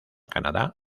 canadá